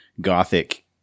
gothic